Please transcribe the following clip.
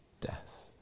death